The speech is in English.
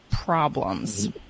problems